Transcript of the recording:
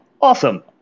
Awesome